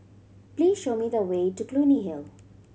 please show me the way to Clunny Hill